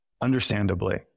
Understandably